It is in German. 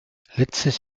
letztes